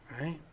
Right